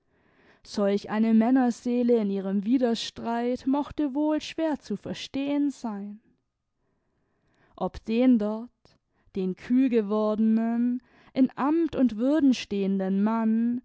solch eine männerseele in ihrem widerstreit mochte wohl schwer zu verstehen sein ob den dort den kühlgewordenen in amt und würden stehenden mann